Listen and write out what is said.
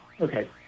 Okay